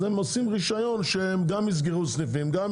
אז הם עושים רישיון שהם יסגרו סניפים וגם